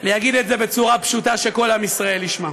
אני אגיד את זה בצורה פשוטה שכל עם ישראל ישמע: